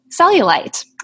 cellulite